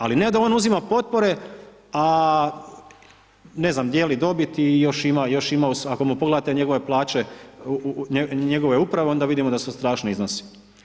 A ne da on uzima potpore, a dijeli dobit i ako mu pogledate njegove plaće, njegove uprave, onda vidimo da su strašni iznosi.